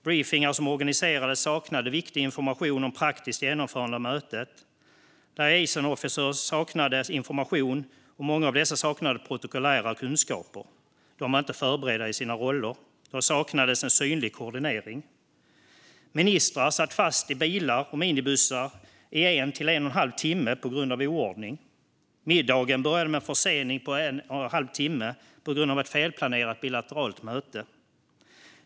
Briefingar som organiserades saknade viktig information om praktiskt genomförande av mötet. Liaison officers saknade information, och många av dessa saknade protokollära kunskaper. De var inte förberedda i sina roller. Det saknades en synlig koordinering. Ministrar satt fast i bilar och minibussar i en till en och en halv timme på grund av oordning. Middagen började med en försening på en och en halv timme på grund av ett felplanerat bilateralt möte.